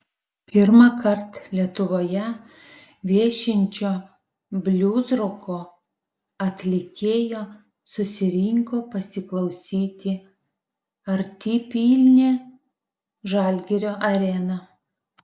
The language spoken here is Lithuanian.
pirmąkart lietuvoje viešinčio bliuzroko atlikėjo susirinko pasiklausyti artipilnė žalgirio arena